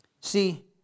See